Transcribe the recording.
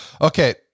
Okay